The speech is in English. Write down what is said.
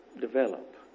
develop